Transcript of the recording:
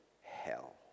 hell